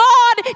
God